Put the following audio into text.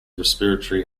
respiratory